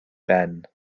ben